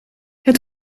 het